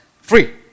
free